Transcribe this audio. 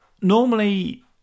normally